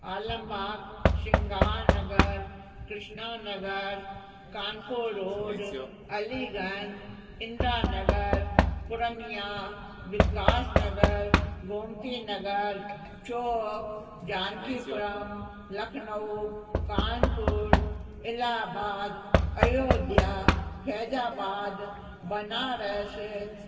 Alambagh Shringar Nagar Krishna Nagar Kanpur road Aliganj Indira Nagar Purniya Vikas Nagar Gomti Nagar Chowk Janki Puram Lucknow Kanpur Allahabad Ayodhya Faizabad Banaras